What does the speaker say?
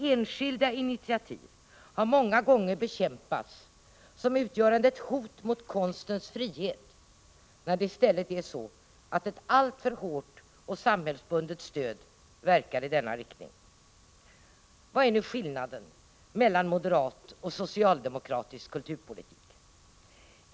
Enskilda initiativ har många gånger bekämpats som utgörande ett hot mot konstens frihet, när det i stället är så att ett alltför hårt och samhällsbundet stöd verkar i denna riktning. Vad är nu skillnaden mellan moderat och socialdemokratisk kulturpolitik?